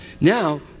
Now